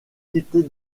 quitter